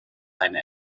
eine